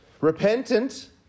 repentant